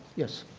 yes?